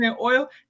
oil